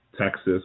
Texas